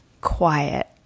quiet